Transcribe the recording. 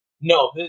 no